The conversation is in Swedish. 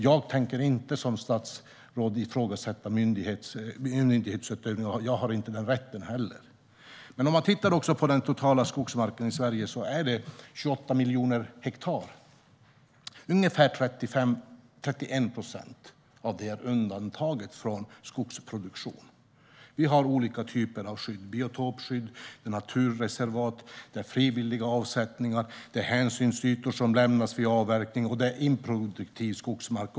Jag tänker inte som statsråd ifrågasätta myndighetsutövningen, och jag har inte heller rätten att göra det. Den totala skogsmarken i Sverige är på 28 miljoner hektar. Ungefär 31 procent av detta är undantaget från skogsproduktion. Vi har olika typer av skydd: biotopskydd, naturreservat, frivilliga avsättningar, hänsynsytor som lämnas vid avverkning och improduktiv skogsmark.